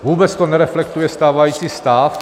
Vůbec to nereflektuje stávající stav.